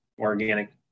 organic